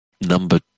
number